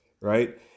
right